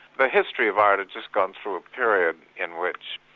the history of art had just gone through a period in which